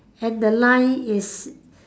and the line is